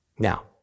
Now